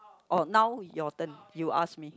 oh now your turn you ask me